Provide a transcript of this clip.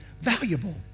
valuable